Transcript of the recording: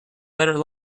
better